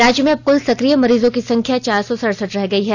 राज्य में अब कुल सकिय मरीजों की संख्या चार सौ सडसठ रह गई है